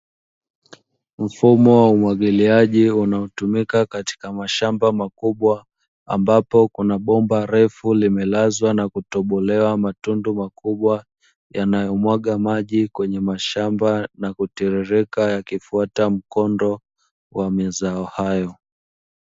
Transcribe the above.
Mfumo wa umwagiliaji unaotumika katika mashamba makubwa ambapo kuna bomba refu limelazwa na kutobolewa matundu makubwa, yanayo mwaga maji kwenye mashamba na kutiririka na kufuata mkondo wa mazao hayo.